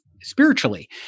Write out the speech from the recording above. spiritually